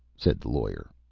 said the lawyer.